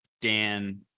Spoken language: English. Dan